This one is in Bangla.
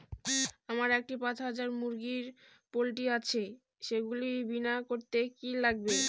আমার একটি পাঁচ হাজার মুরগির পোলট্রি আছে সেগুলি বীমা করতে কি লাগবে?